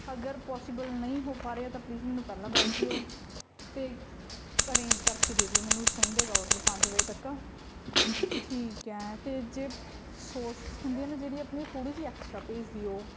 ਅਗਰ ਪੋਸੀਬਲ ਨਹੀਂ ਹੋ ਪਾ ਰਿਹਾ ਤਾਂ ਪਲੀਜ਼ ਮੈਨੂੰ ਪਹਿਲਾਂ ਦੱਸ ਦਿਓ ਅਤੇ ਅਰੇਂਜ ਕਰਕੇ ਦੇ ਦਿਓ ਮੈਨੂੰ ਚਾਹੀਦਾ ਹੈਗਾ ਔਡਰ ਪੰਜ ਵਜੇ ਤੱਕ ਠੀਕ ਹੈ ਅਤੇ ਜੇ ਸੋਸ ਹੁੰਦੀ ਆ ਨਾ ਜਿਹੜੀ ਆਪਣੀ ਥੋੜ੍ਹੀ ਜਿਹੀ ਐਕਸਟਰਾ ਭੇਜ ਦਿਉ